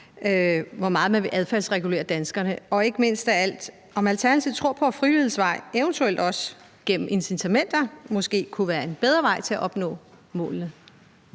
hvor meget man vil adfærdsregulere danskerne, og ikke mindst, om Alternativet tror på, at frivillighedens vej, eventuelt også gennem incitamenter, måske kunne være en bedre vej til at opnå målene?